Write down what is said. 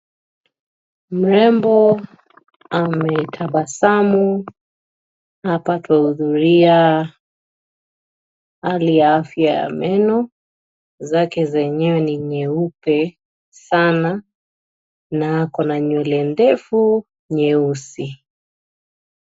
Mrembo ametabasamu hapa tunashuhudia hali ya afya ya meno zake, zenyewe ni nyeupe sana na ako na nywele ndefu nyeusi.